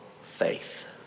faith